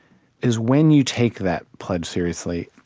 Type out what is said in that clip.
is, when you take that pledge seriously,